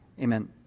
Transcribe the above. amen